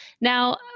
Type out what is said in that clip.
Now